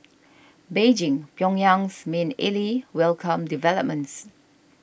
Beijing Pyongyang's main ally welcomed developments